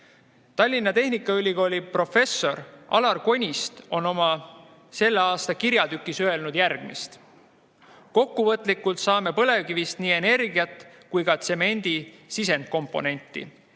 Tallinna Tehnikaülikooli professor Alar Konist on oma selle aasta kirjatükis öelnud järgmist: "Kokkuvõtlikult saame põlevkivist nii energiat kui ka tsemendi sisendkomponenti.